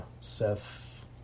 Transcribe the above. Seth